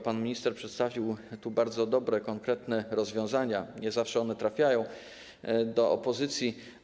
Pan minister przedstawił tu bardzo dobre, konkretne rozwiązania, ale nie zawsze one trafiają do opozycji.